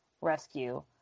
rescue